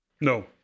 No